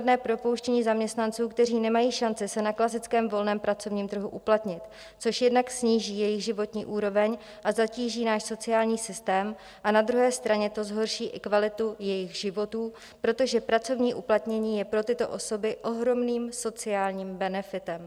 Hrozí tedy hromadné propouštění zaměstnanců, kteří nemají šanci se na klasickém volném pracovním trhu uplatnit, což jednak sníží jejich životní úroveň a zatíží náš sociální systém a na druhé straně to zhorší i kvalitu jejich životů, protože pracovní uplatnění je pro tyto osoby ohromným sociálním benefitem.